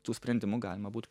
tų sprendimų galima būt p